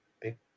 big